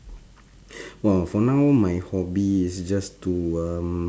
!wow! for now my hobby is just to um